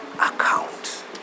account